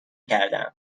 کردهام